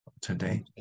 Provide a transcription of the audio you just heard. today